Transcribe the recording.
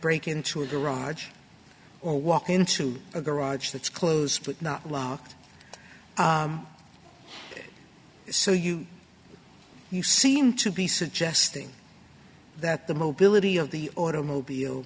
break into a garage or walk into a garage that's close but not locked so you seem to be suggesting that the mobility of the automobile